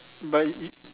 but u~